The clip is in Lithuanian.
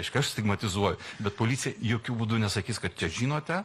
reiškia aš stigmatizuoju bet policija jokių būdu nesakys kad čia žinote